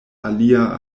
alia